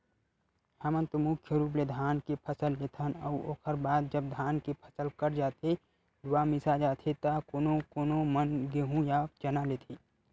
हमन तो मुख्य रुप ले धान के फसल लेथन अउ ओखर बाद जब धान के फसल कट जाथे लुवा मिसा जाथे त कोनो कोनो मन गेंहू या चना लेथे